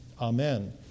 Amen